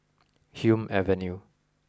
Hume Avenue